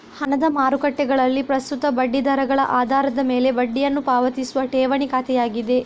ಹಣದ ಮಾರುಕಟ್ಟೆಗಳಲ್ಲಿ ಪ್ರಸ್ತುತ ಬಡ್ಡಿ ದರಗಳ ಆಧಾರದ ಮೇಲೆ ಬಡ್ಡಿಯನ್ನು ಪಾವತಿಸುವ ಠೇವಣಿ ಖಾತೆಯಾಗಿದೆ